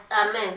amen